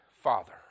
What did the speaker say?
father